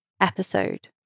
episode